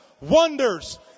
wonders